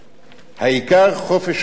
העיקר, חופש העיתונות